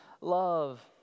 love